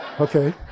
Okay